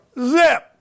Zip